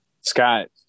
Scott